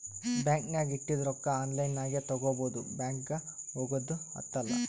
bank ನಾಗ್ ಇಟ್ಟಿದು ರೊಕ್ಕಾ ಆನ್ಲೈನ್ ನಾಗೆ ತಗೋಬೋದು ಬ್ಯಾಂಕ್ಗ ಹೋಗಗ್ದು ಹತ್ತಲ್